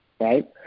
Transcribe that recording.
right